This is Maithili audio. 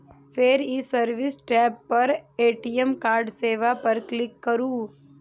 फेर ई सर्विस टैब पर ए.टी.एम कार्ड सेवा पर क्लिक करू